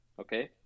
Okay